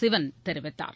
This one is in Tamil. சிவன் தெரிவித்தார்